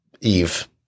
Eve